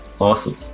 Awesome